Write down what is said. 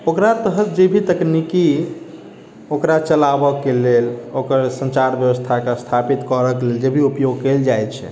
ओकरा तहत जेभी तकनीकी ओकरा चलाबऽके लेल ओकर सञ्चार व्यवस्थाके स्थापित करऽके लेल जेभी उपयोग कयल जाइत छै